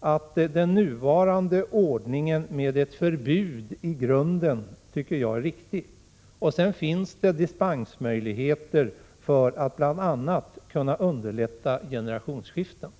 att den nuvarande ordningen med ett förbud i grunden är riktigt, och sedan finns det dispensmöjligheter för att bl.a. generationsskiften skall underlättas.